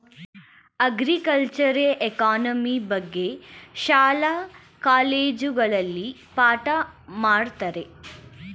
ಅಗ್ರಿಕಲ್ಚರೆ economy ಬಗ್ಗೆ ಶಾಲಾ ಕಾಲೇಜುಗಳಲ್ಲಿ ಪಾಠ ಮಾಡತ್ತರೆ